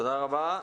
תודה רבה.